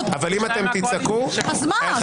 אבל אם אתם תצעקו -- אז מה?